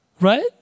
Right